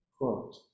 Quote